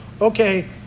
okay